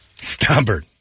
stubborn